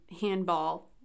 handball